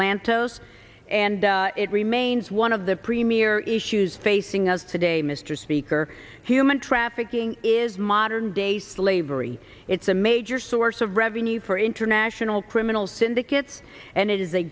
lantos and it remains one of the premier issues facing us today mr speaker human trafficking is modern day slavery it's a major source of revenue for international criminal syndicates and it is a